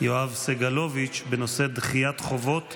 יואב סגלוביץ' בנושא דחיית חובות